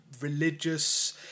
religious